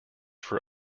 for